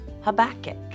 Habakkuk